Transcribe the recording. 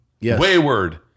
Wayward